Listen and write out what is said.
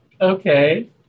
Okay